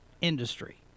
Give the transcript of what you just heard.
industry